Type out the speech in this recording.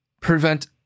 prevent